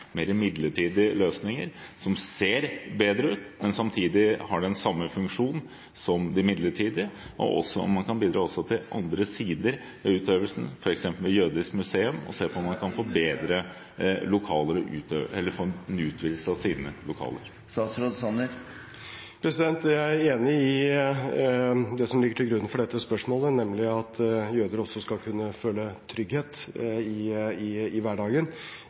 de midlertidige? Og kan han også bidra til andre sider ved utøvelsen f.eks. ved Jødisk Museum, for å se om man kan få en utvidelse av sine lokaler? Jeg er enig i det som ligger til grunn for dette spørsmålet, nemlig at jøder også skal kunne føle trygghet i hverdagen